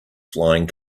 flying